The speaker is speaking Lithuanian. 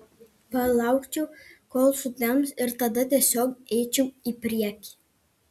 palaukčiau kol sutems ir tada tiesiog eičiau į priekį